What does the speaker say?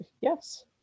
yes